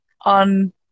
on